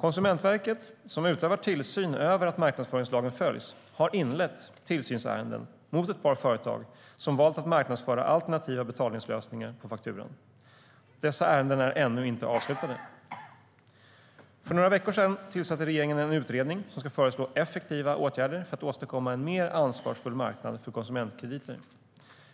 Konsumentverket, som utövar tillsyn över att marknadsföringslagen följs, har inlett tillsynsärenden mot ett par företag som valt att marknadsföra alternativa betalningslösningar på fakturan. Dessa ärenden är ännu inte avslutade. För några veckor sedan tillsatte regeringen en utredning som ska föreslå effektiva åtgärder för att åstadkomma en mer ansvarsfull marknad för konsumentkrediter.